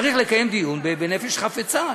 צריך לקיים דיון בנפש חפצה,